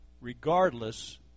regardless